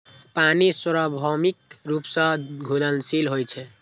पानि सार्वभौमिक रूप सं घुलनशील होइ छै